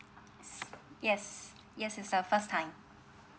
yes yes it's our first time